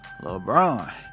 LeBron